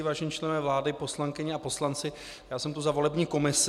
Vážení členové vlády, poslankyně a poslanci, já jsem tu za volební komisi.